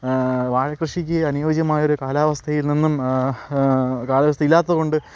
വാഴകൃഷിക്ക് അനുയോജ്യമായൊരു കാലാവസ്ഥയിൽ നിന്നും കാലാവസ്ഥ ഇല്ലാത്തതുകൊണ്ട്